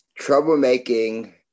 troublemaking